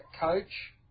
coach